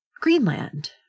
Greenland